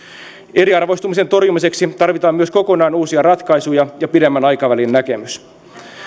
eriarvoistumisen torjumiseksi tarvitaan myös kokonaan uusia ratkaisuja ja pidemmän aikavälin näkemys